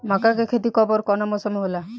मका के खेती कब ओर कवना मौसम में होला?